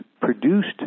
produced